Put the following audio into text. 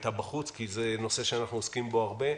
שהייתה בחוץ כי זה נושא שאנחנו עוסקים בו הרבה.